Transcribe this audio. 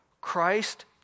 Christ